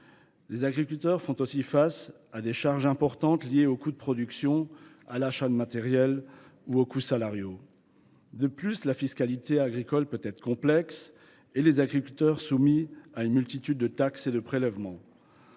Les agriculteurs font aussi face à des charges importantes liées aux coûts de production, à l’achat de matériel ou aux coûts salariaux. De surcroît, la fiscalité agricole, qui est complexe, les soumet à une multitude de taxes et autres prélèvements.